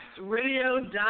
radio